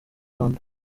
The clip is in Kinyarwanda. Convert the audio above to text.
rwanda